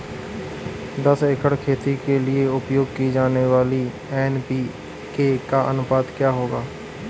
दस एकड़ खेती के लिए उपयोग की जाने वाली एन.पी.के का अनुपात क्या होगा?